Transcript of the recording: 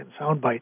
soundbite